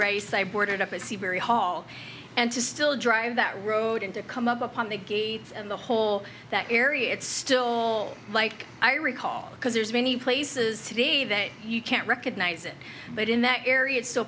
race i boarded up a very hall and to still drive that road and to come up upon the gates and the whole that area it's still like i recall because there's many places to be that you can't recognize it but in that area